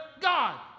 God